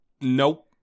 Nope